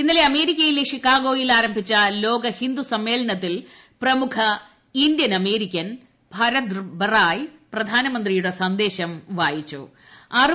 ഇന്നലെ അമേരിക്കയിലെ ചിക്കാഗോയിൽ ആരംഭിച്ച ലോക ഹിന്ദു സമ്മേളനത്തിൽ പ്രമുഖ ഇന്ത്യൻ അമേരിക്കൻ ഭാരത് ബറായി പ്രധാനമന്ത്രിയുടെ സന്ദേശം വായിച്ചു